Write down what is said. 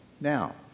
now